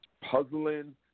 puzzling